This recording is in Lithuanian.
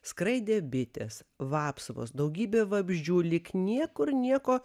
skraidė bitės vapsvos daugybė vabzdžių lyg niekur nieko